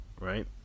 right